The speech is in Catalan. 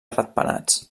ratpenats